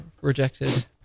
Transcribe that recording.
rejected